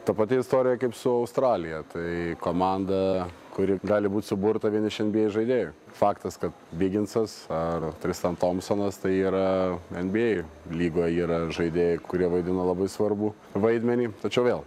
ta pati istorija kaip su australija tai komanda kuri gali būt suburta vien iš enbyei žaidėjų faktas kad biginsas ar tristan tompsonas tai yra enbyei lygoj yra žaidėjų kurie vaidino labai svarbų vaidmenį tačiau vėl